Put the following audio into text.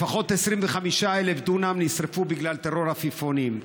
לפחות 25,000 דונם נשרפו בגלל טרור העפיפונים.